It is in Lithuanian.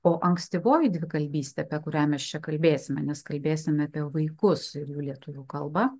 o ankstyvoji dvikalbystė apie kurią mes čia kalbėsime nes kalbėsime apie vaikus ir jų lietuvių kalbą